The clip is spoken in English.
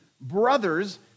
brothers